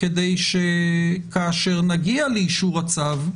כדי שכאשר נגיע לאישור הצו,